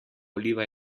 oliva